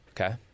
Okay